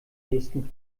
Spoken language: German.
nächsten